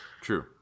True